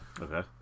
Okay